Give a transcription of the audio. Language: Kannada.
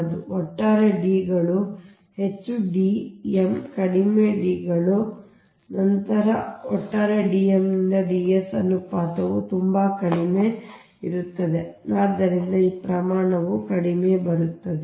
ಆದ್ದರಿಂದ ಒಟ್ಟಾರೆ D ಗಳು ಹೆಚ್ಚು D m ಕಡಿಮೆ D ಗಳು ಹೆಚ್ಚು ನಂತರ ಒಟ್ಟಾರೆ ಈ D m ನಿಂದ D s ಅನುಪಾತವು ತುಂಬಾ ಕಡಿಮೆ ಇರುತ್ತದೆ ಆದ್ದರಿಂದ ಈ ಪ್ರಮಾಣವು ಕಡಿಮೆ ಇರುತ್ತದೆ